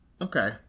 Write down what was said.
Okay